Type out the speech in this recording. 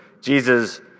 Jesus